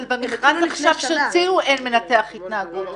אבל במכרז שהוציאו עכשיו אין מנתח התנהגות.